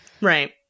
Right